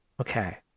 Okay